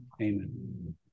amen